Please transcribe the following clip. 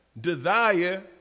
desire